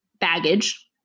baggage